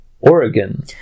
Oregon